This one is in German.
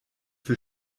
für